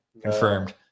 confirmed